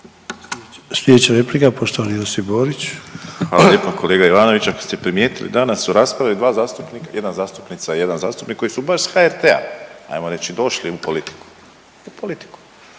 Slijedeća replika poštovani Josip Borić. **Borić, Josip (HDZ)** Hvala lijepo. Kolega Ivanović, ako ste primijetili danas u raspravi dva zastupnika, jedna zastupnica i jedan zastupnik koji su baš s HRT-a ajmo reći došli u politiku, u politiku,